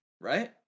right